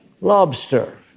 lobster